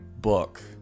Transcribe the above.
book